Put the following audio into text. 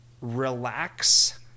relax